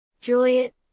Juliet